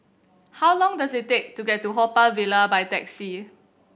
how long does it take to get to Haw Par Villa by taxi